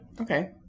Okay